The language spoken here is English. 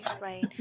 right